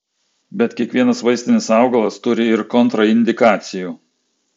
bet kiekvienas vaistinis augalas turi ir kontraindikacijų